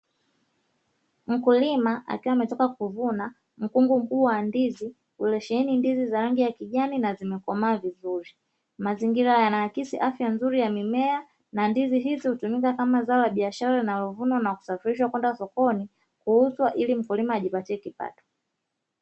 Mkulima akiwa ametoka kuvuna mkungu mkubwa wa ndizi uliosheheni ndizi za ranig ya kijani na zinakomaa vizuri, mazingira yanaakisi afya nzuri ya mimea na ndizi hizi hutumikakama zao la biashara linalovunwa, na kusafirishwa kwenda sokoni kuuzwa ili mkulima ajipatie kipato.